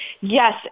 Yes